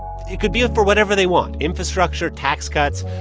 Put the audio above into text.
it could be for whatever they want infrastructure, tax cuts,